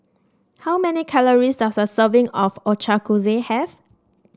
how many calories does a serving of Ochazuke have